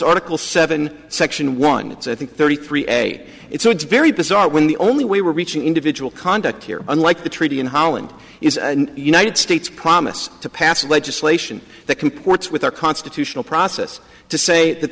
article seven section one it's i think thirty three a day it's very bizarre when the only way we're reaching individual conduct here unlike the treaty in holland is a united states promise to pass legislation that comports with our constitutional process to say that